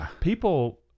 People